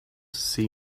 see